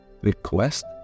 request